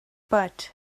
but